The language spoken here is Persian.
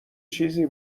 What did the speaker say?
چیزی